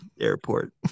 airport